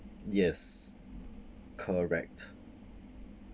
yes correct